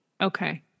Okay